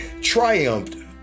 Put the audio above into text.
triumphed